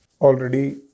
already